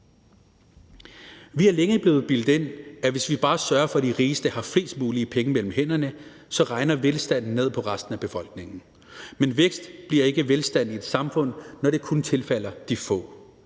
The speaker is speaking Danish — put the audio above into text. Vi er længe blevet bildt ind, at hvis vi bare sørger for, at de rigeste har flest mulige penge mellem hænderne, regner velstanden ned på resten af befolkningen. Men vækst bliver ikke velstand i et samfund, når den kun tilfalder de få.